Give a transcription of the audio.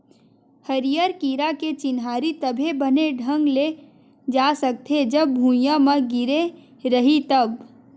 हरियर कीरा के चिन्हारी तभे बने ढंग ले जा सकथे, जब भूइयाँ म गिरे रइही तब